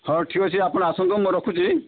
ହେଉ ଠିକ ଅଛି ଆପଣ ଆସନ୍ତୁ ମୁଁ ରଖୁଛି